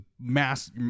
mass